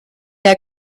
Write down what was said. der